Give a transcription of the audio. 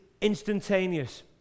instantaneous